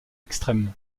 extrêmes